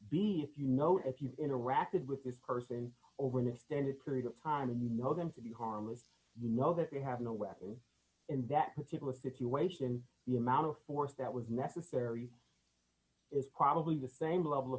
if you know if you've interacted with this person over an extended period of time and you know them to be harmless know that you have no weapon in that particular situation the amount of force that was necessary is probably the same level of